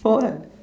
for what